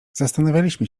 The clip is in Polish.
zastanawialiśmy